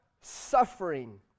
suffering